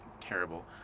terrible